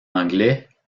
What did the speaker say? anglais